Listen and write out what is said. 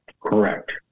Correct